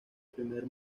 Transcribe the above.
primer